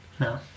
No